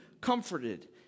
comforted